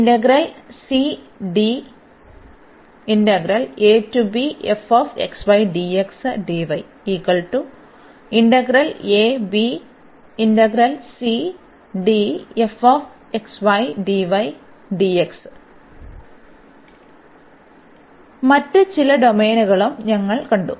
മറ്റ് ചില ഡൊമെയ്നുകളും ഞങ്ങൾ കണ്ടു